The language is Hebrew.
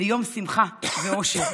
ליום שמחה ואושר.